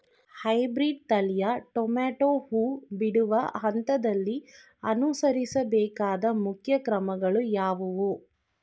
Hybrid ತಳಿಯ tomato ಹೂ ಬಿಡುವ ಹಂತದಲ್ಲಿ ಅನುಸರಿಸಬೇಕಾದ ಮುಖ್ಯ ಕ್ರಮಗಳು ಯಾವುವು?